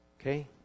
Okay